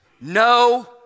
no